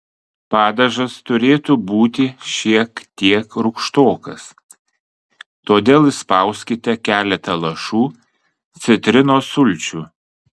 padažas turėtų būti šiek tiek rūgštokas todėl įspauskite keletą lašų citrinos sulčių